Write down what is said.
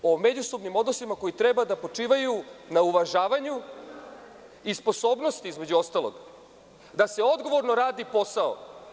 Radi se o međusobnim odnosima koji treba da počivaju na uvažavanju i sposobnosti, između ostalog, da se odgovorno radi posao.